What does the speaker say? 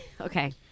Okay